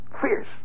Fierce